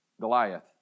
Goliath